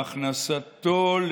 להכנסתו,